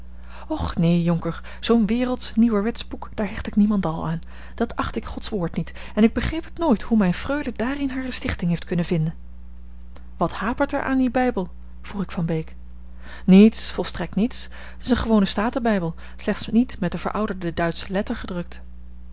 och neen jonker zoo'n wereldsch nieuwerwetsch boek daar hecht ik niemendal aan dat acht ik gods woord niet en ik begreep het nooit hoe mijne freule daarin hare stichting heeft kunnen vinden wat hapert er aan dien bijbel vroeg ik van beek niets volstrekt niets t is een gewone staten bijbel slechts niet met de verouderde duitsche letter gedrukt